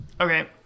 okay